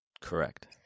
Correct